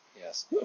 Yes